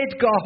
God